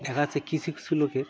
দেখা যাচ্ছে কিছু কিছু লোকের